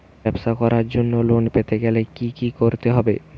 ব্যবসা করার জন্য লোন পেতে গেলে কি কি করতে হবে?